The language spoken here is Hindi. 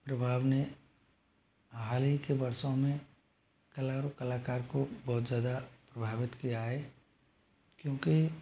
प्रभाव ने हाल ही के वर्षों में कलाकार को बहुत ज़्यादा प्रभावित किया है क्योंकि